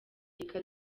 reka